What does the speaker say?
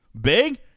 Big